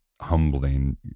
humbling